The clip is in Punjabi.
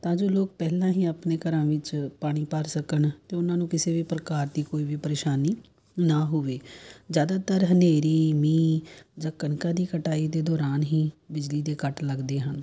ਤਾਂ ਜੋ ਲੋਕ ਪਹਿਲਾਂ ਹੀ ਆਪਣੇ ਘਰਾਂ ਵਿੱਚ ਪਾਣੀ ਭਰ ਸਕਣ ਅਤੇ ਉਹਨਾਂ ਨੂੰ ਕਿਸੇ ਵੀ ਪ੍ਰਕਾਰ ਦੀ ਕੋਈ ਵੀ ਪਰੇਸ਼ਾਨੀ ਨਾ ਹੋਵੇ ਜ਼ਿਆਦਾਤਰ ਹਨੇਰੀ ਮੀਂਹ ਜਾਂ ਕਣਕਾਂ ਦੀ ਕਟਾਈ ਦੇ ਦੌਰਾਨ ਹੀ ਬਿਜਲੀ ਦੇ ਕੱਟ ਲੱਗਦੇ ਹਨ